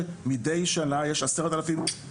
מה שבשירות קוראים אבחונים.